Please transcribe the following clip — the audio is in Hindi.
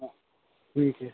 हाँ ठीक है